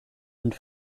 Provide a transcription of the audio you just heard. und